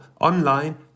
online